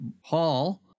Hall